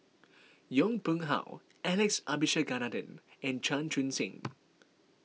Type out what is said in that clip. Yong Pung How Alex Abisheganaden and Chan Chun Sing